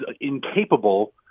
incapable